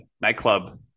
nightclub